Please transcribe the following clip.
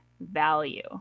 value